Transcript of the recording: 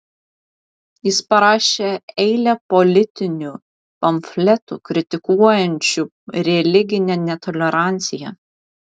jis parašė eilę politinių pamfletų kritikuojančių religinę netoleranciją